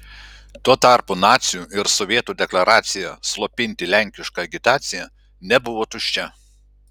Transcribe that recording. tuo tarpu nacių ir sovietų deklaracija slopinti lenkišką agitaciją nebuvo tuščia